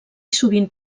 sovint